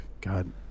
God